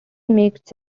makes